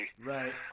Right